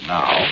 now